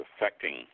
affecting